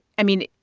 i mean,